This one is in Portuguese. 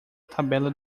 tabela